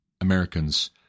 Americans